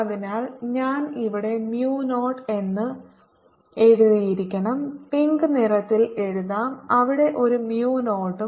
അതിനാൽ ഞാൻ ഇവിടെ mu 0 എന്ന് എഴുതിയിരിക്കണം പിങ്ക് നിറത്തിൽ എഴുതാം അവിടെ ഒരു mu 0 ഉം